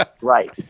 Right